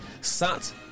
sat